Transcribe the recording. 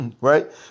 right